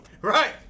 Right